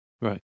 right